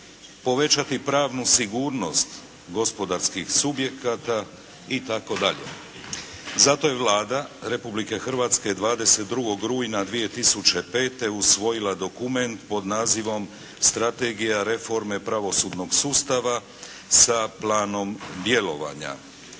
povećati pravnu sigurnost gospodarskih subjekata itd. Zato je Vlada Republike Hrvatske 22. rujna 2005. usvojila dokument pod nazivom "Strategija reforme pravosudnog sustava sa planom djelovanja"